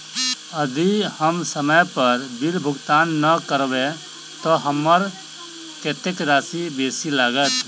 यदि हम समय पर बिल भुगतान नै करबै तऽ हमरा कत्तेक राशि बेसी लागत?